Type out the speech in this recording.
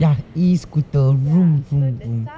ya e-scooter vroom vroom vroom